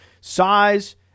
size